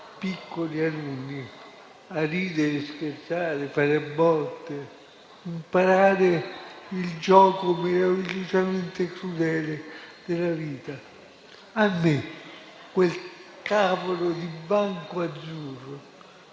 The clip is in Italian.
piccoli alunni, ridere, scherzare, fare le botte e imparare il gioco meravigliosamente crudele della vita. A me quel cavolo di banco azzurro